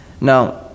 Now